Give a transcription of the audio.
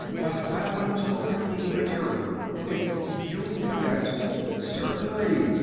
but i want to look at the material. if you'll do that certainly.